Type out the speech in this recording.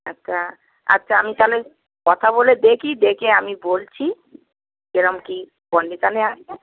আচ্ছা আচ্ছা আমি তাহলে কথা বলে দেখি দেখে আমি বলছি কীরকম কী কন্ডিশনে আছে